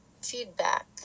feedback